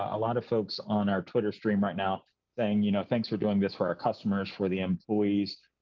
a lot of folks on our twitter stream right now, saying you know thanks for doing this for our customers, for the employees.